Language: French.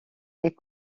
est